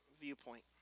viewpoint